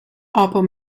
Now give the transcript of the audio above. aber